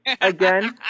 again